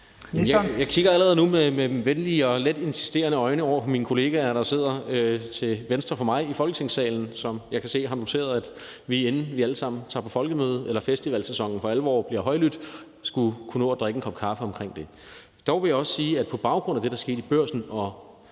Jeg kigger allerede nu med venlige og let insisterende øjne over på mine kollegaer, der sidder til venstre for mig i Folketingssalen, som jeg kan se har noteret, at vi, inden vi alle sammen tager på folkemødet eller festivalsæsonen for alvor bliver højlydt, skulle kunne nå at drikke en kop kaffe omkring det. Dog vil jeg også sige, at jeg på baggrund af det, der skete i Børsen, og